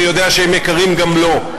אני יודע שהם יקרים גם לו.